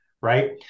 right